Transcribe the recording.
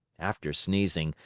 after sneezing,